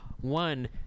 one